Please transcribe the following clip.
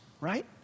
right